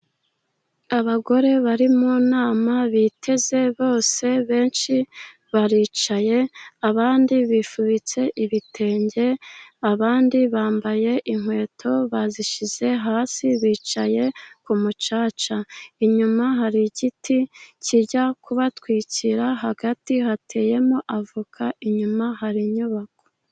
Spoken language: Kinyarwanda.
Abagore bari mu nama biteze bose benshi baricaye abandi bifubitse ibitenge. Abandi bambaye inkweto bazishyize hasi bicaye ku mucaca, inyuma hari igiti kjya kubatwikira. Hagati hateyemo avoka inyuma hari inyubako.